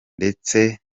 ndetse